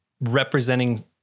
representing